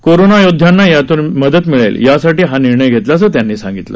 corona योद्ध्यांना यातून मदत मिळेल यासाठी हा निर्णय घेतल्याचे त्यांनी सांगितलं